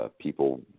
people